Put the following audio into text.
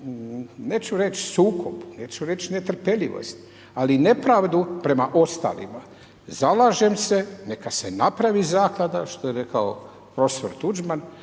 neću reći sukob, neću reći netrpeljivost ali nepravdu prema ostalima. Zalažem se neka se napravi zaklada što je rekao prof. Tuđman